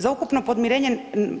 Za ukupno podmirenje